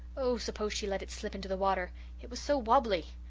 oh, suppose she let it slip into the water it was so wobbly!